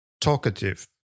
talkative